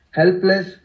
helpless